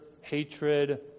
hatred